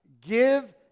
Give